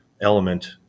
element